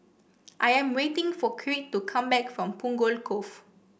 I am waiting for Creed to come back from Punggol Cove